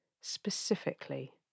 specifically